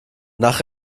nach